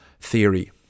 theory